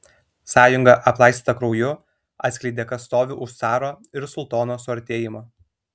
sąjunga aplaistyta krauju atskleidė kas stovi už caro ir sultono suartėjimo